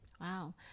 Wow